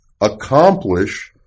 accomplish